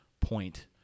point